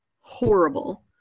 horrible